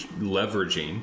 leveraging